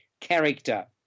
character